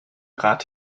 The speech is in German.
rad